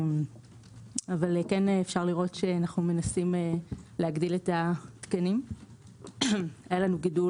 אפשר לראות שאנחנו מנסים להגדיל את התקנים והיה גידול